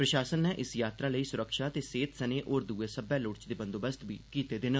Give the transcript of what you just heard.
प्रशासन नै इस यात्रा लेई सुरक्षा ते सेहत सने होर दुए सब्बै लोड़चदे बंदोबस्त बी कीते दे न